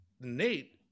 Nate